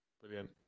brilliant